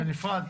דיון בנפרד.